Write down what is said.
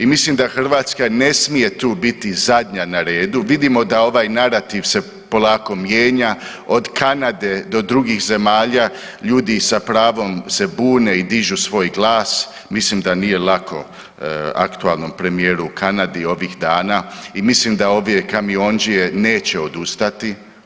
I mislim da Hrvatska ne smije tu biti zadnja na redu, vidimo da ovaj narativ se polako mijenja, od Kanade do drugih zemalja, ljudi sa pravom se bune i dižu svoj glas, mislim da nije lako aktualnom premijeru u Kanadi ovih dana i mislim da ove kamiondžije neće odustati.